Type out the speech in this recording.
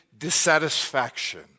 dissatisfaction